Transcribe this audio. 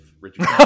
Richard